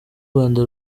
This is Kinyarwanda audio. rwanda